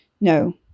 No